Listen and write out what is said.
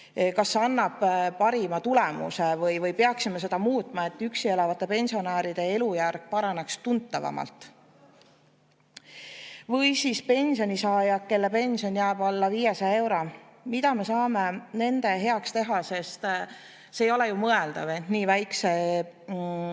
Kas see annab parima tulemuse või peaksime seda muutma, et üksi elavate pensionäride elujärg tuntavamalt paraneks? Või pensionisaajad, kelle pension jääb alla 500 euro – mida me saame nende heaks teha? Ei ole ju mõeldav, et nii väikese